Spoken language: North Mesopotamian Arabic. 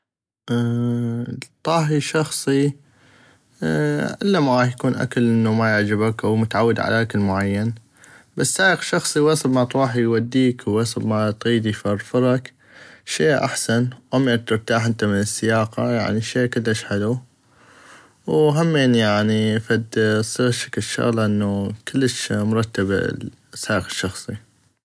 الطاهي الشخصي الي ما غاح يكون اكل انو ما يعجبك او متعود على اكل معين بس سايق شخصي وين ما تغوح يوديك وويصب ما تغيد يفرفرك شي احسن وانت هم ترتاح من السياقة يعني شي كلش حلو وهمين يعني تصيغ فد هشكل شغلة انو شغلة كلش مرتبة السايق الشخصي.